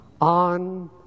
On